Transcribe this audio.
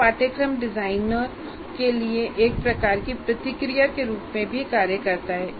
यह पाठ्यक्रम डिजाइनरों के लिए एक प्रकार की प्रतिक्रिया के रूप में भी कार्य करता है